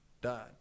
died